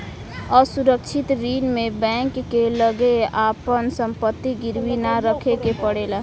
असुरक्षित ऋण में बैंक के लगे आपन संपत्ति गिरवी ना रखे के पड़ेला